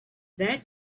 that